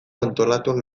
antolatuak